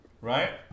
right